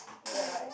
look alike